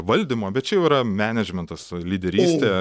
valdymo bet čia jau yra menedžmentas lyderystė